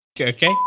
okay